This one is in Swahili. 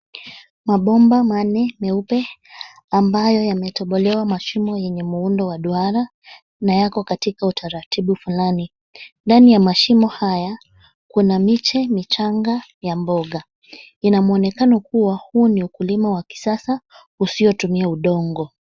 Mabomba manne meupe ambayo yametobolewa mashimo yenye muundo wa duara na yako katika utaratibu fulani. Ndani ya mashimo haya kuna miche michanga ya mboga, ina mwonekano kuwa huu ni ukulima wa kisasa usiotumia udongo.